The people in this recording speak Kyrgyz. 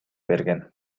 берген